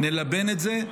נלבן את זה,